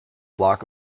block